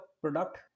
product